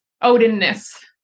Odin-ness